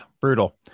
Brutal